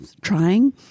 trying